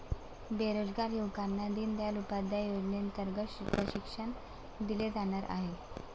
बेरोजगार युवकांना दीनदयाल उपाध्याय योजनेअंतर्गत प्रशिक्षण दिले जाणार आहे